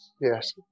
Yes